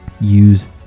use